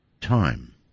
time